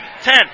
Ten